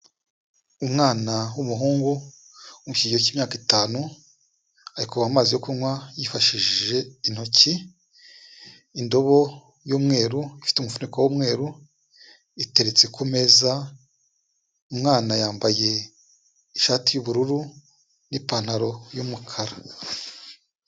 Umwana w'umuhungu uri mu kigero cy'imyaka itanu, ari kuvoma amazi kunywa yifashishije intoki, indobo y'umweru ifite umufuniko w'umweru iteretse ku meza, umwana yambaye ishati y'ubururu n'ipantaro y'umukara.